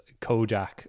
Kojak